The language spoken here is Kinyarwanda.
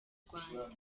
rwanda